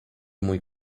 mój